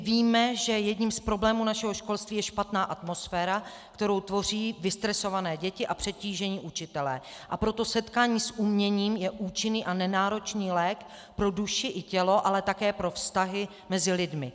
Víme, že jedním z problémů našeho školství je špatná atmosféra, kterou tvoří vystresované děti a přetížení učitelé, a proto setkání s uměním je účinný a nenáročný lék pro duši i tělo, ale také pro vztahy mezi lidmi.